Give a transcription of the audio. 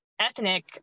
ethnic